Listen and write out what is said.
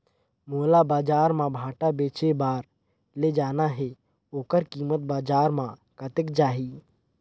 मोला बजार मां भांटा बेचे बार ले जाना हे ओकर कीमत बजार मां कतेक जाही?